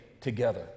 together